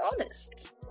honest